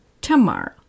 tomorrow